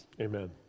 Amen